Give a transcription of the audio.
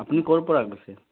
আপুনি ক'ৰ পৰা কৈছে